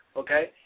okay